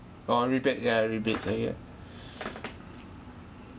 oh rebate ya rebates I get